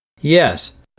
Yes